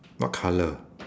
what colour